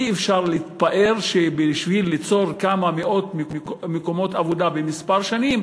אי-אפשר להתפאר שבשביל ליצור כמה מאות מקומות עבודה בכמה שנים,